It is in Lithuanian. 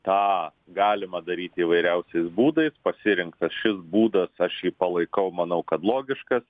tą galima daryt įvairiausiais būdais pasirinktas šis būdas aš jį palaikau manau kad logiškas